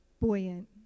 buoyant